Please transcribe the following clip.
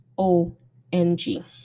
O-N-G